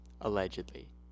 Allegedly